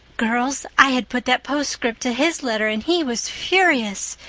girls, i had put that postscript to his letter and he was furious.